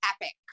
epic